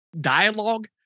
dialogue